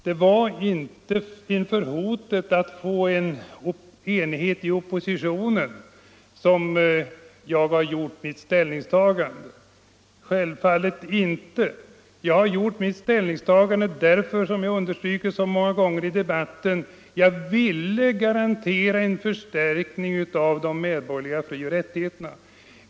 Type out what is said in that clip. Det var naturligtvis inte inför hotet att få enighet inom oppositionen som jag gjorde mitt ställningstagande, utan jag gjorde det — som jag har understrukit så många gånger i debatten — därför att jag ville garantera en förstärkning av de medborgerliga frioch rättigheterna.